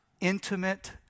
intimate